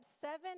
seven